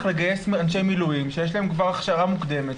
לגייס אנשי מילואים שיש להם כבר הכשרה מוקדמת,